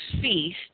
feast